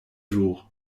jour